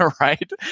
right